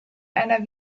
einer